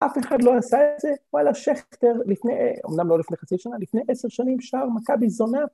‫אף אחד לא עשה את זה?‫וואלה, שכטר לפני... ‫אומנם לא לפני חצי שנה, ‫לפני עשר שנים, ‫שר מכבי זונה.